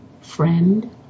Friend